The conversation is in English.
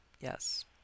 yes